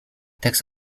tekst